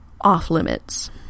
off-limits